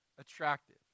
attractive